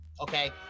okay